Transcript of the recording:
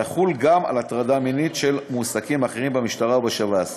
תחול גם על הטרדה מינית של מועסקים אחרים במשטרה ובשב"ס,